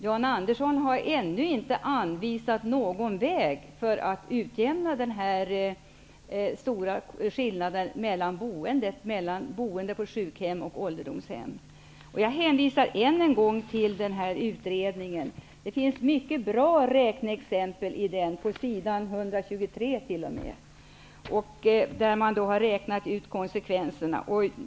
Jan Andersson har ännu inte anvisat någon väg för att utjämna den stora skillnaden mellan boendet på sjukhem och på ålderdomshem. Jag hänvisar än en gång till utredningen. Det finns mycket bra räkneexempel på s. 123 i den, där man har räknat ut konsekvenserna av förslaget.